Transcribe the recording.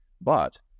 But-